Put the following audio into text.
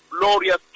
glorious